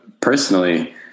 personally